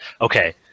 Okay